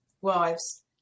wives